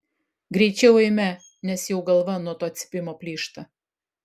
greičiau eime nes jau galva nuo to cypimo plyšta